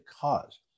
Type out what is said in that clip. cause